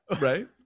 Right